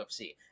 ufc